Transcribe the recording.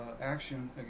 action